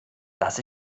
dass